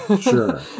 Sure